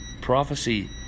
Prophecy